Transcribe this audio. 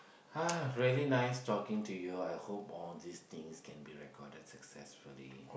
!huh! really nice talking to you I hope all these things can be recorded successfully